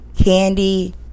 Candy